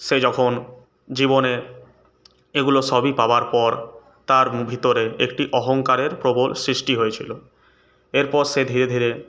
সে যখন জীবনে এগুলো সবই পাওয়ার পর তার ভিতরে একটি অহংকারের প্রবল সৃষ্টি হয়েছিলো এরপর সে ধীরে ধীরে